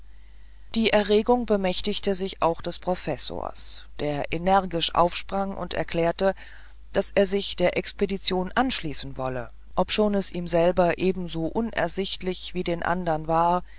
die erregung bemächtigte sich auch des professors der energisch aufsprang und erklärte daß er sich der expedition anschließen wolle obschon es ihm selber ebenso unersichtlich wie den andern war